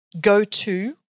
go-to